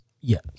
Yes